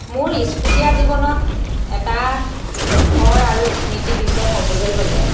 মোৰ স্কুলীয়া জীৱনত এটা সুখৰ আৰু স্মৃতিৰ বিষয়ে ক'বলৈ গ'লে